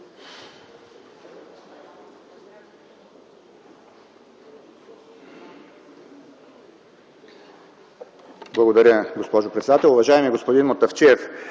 Благодаря, госпожо председател. Уважаеми господин Мутафчиев,